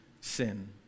sin